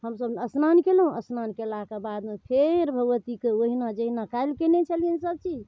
हमसभ स्नान केलहुँ स्नान केलाके बादमे फेर भगवतीके ओहिना जहिना काल्हि कएने छलिअनि सबचीज